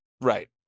right